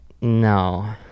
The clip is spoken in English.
No